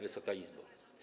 Wysoka Izbo!